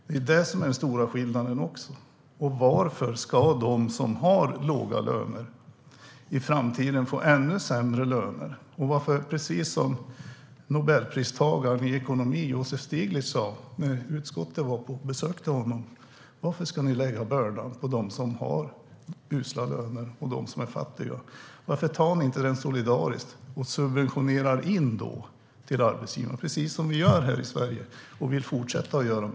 Det är det är som är den stora skillnaden. Och varför ska de som har låga löner få ännu sämre löner i framtiden? Precis som Nobelpristagaren i ekonomi Joseph Stiglitz sa när utskottet besökte honom: Varför ska ni lägga bördan på dem som har usla löner och dem som är fattiga? Varför tar ni inte solidariskt och subventionerar in dem till arbetsgivarna? Det är precis så vi gör här i Sverige och vill fortsätta göra.